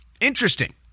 interesting